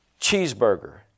cheeseburger